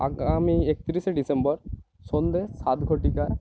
আগামী একতিরিশে ডিসেম্বর সন্ধে সাত ঘটিকা